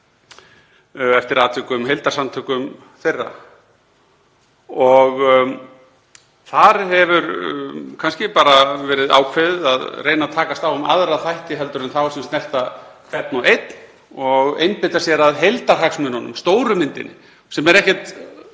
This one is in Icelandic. eftir atvikum heildarsamtökum þeirra. Þar hefur kannski bara verið ákveðið að reyna að takast á um aðra þætti en þá sem snerta hvern og einn og einbeita sér að heildarhagsmunum, stóru myndinni, sem er ekkert